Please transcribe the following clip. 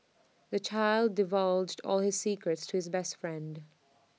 the child divulged all his secrets to his best friend